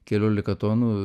keliolika tonų